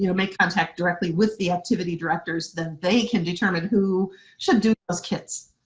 you know make contact directly with the activity directors. then they can determine who should do those kits.